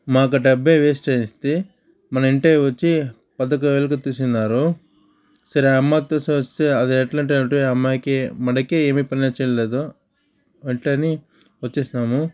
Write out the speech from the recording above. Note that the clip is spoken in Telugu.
మాకు డబ్బే వేస్ట్ చేసేస్తే మన ఇంటే వచ్చి పదకు వేలకు తీసుకున్నారు సరే అమ్మతో వస్తే అది ఎట్లా ఉంటుంది అంటే అమ్మాయికి మనకి ఏమి పని చేయలేదు వెంటనే వచ్చేసినాము